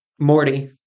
Morty